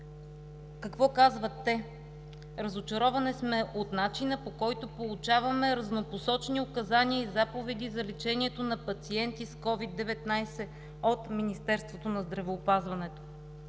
Какво казват те? Разочаровани сме от начина, по който получаваме разнопосочни указания и заповеди за лечението на пациенти с COVID-19 от Министерството на здравеопазването.